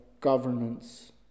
governance